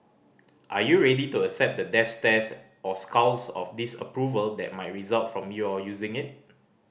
are you ready to accept the death stares or scowls of disapproval that might result from your using it